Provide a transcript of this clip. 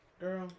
Girl